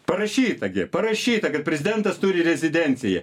parašyta gi parašyta kad prezidentas turi rezidenciją